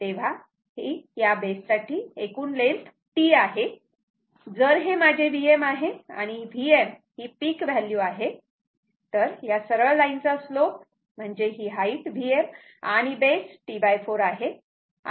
तेव्हा ही यासाठी बेस ची एकूण लेन्थ T आहे जर हे माझे Vm आहे आणि Vm ही पिक व्हॅल्यू आहे तर या सरळ लाईन चा स्लोप ही हाईट Vm आणि बेस T4 आहे